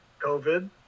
COVID